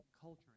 culture